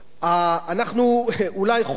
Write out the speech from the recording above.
אנחנו אולי "חוסכים"